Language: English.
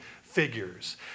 figures